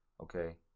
okay